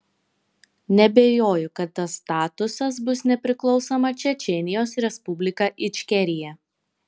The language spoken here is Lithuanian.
neabejoju kad tas statusas bus nepriklausoma čečėnijos respublika ičkerija